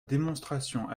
démonstration